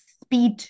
speed